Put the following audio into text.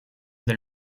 del